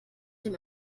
dem